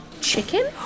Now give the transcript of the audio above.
chicken